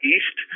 East